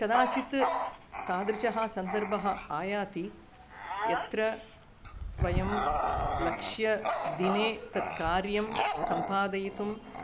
कदाचित् तादृशः सन्दर्भः आयाति यत्र वयं लक्ष्यदिने तत्कार्यं सम्पादयितुम्